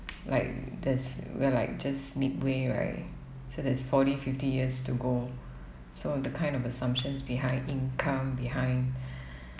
like there's we're like just midway right so that's forty fifty years to go so the kind of assumptions behind income behind